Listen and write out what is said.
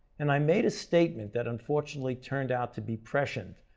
and i made a statement that unfortunately turned out to be prescient.